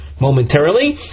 momentarily